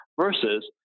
Versus